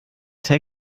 text